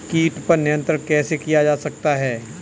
कीट पर नियंत्रण कैसे किया जा सकता है?